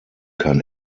kein